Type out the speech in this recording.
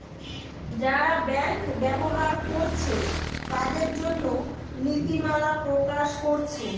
যারা ব্যাংক ব্যবহার কোরছে তাদের জন্যে নীতিমালা প্রকাশ কোরছে